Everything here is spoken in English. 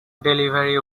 delivery